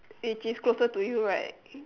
it is closer to you right